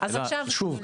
אלה שוב,